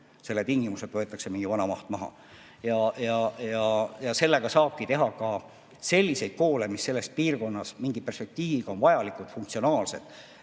selle tingimusega, et võetakse mingi vana maht maha. Selle abil saabki teha ka selliseid koole, mis selles piirkonnas mingi perspektiiviga on vajalikud, funktsionaalsed.